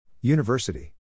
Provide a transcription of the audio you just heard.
University